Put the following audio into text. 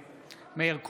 נגד מאיר כהן,